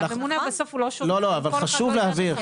הממונה בסוף הוא לא -- אבל חשוב להבהיר,